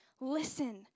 Listen